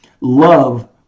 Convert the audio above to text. love